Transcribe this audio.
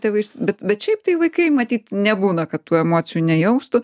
tėvais bet bet šiaip tai vaikai matyt nebūna kad tų emocijų nejaustų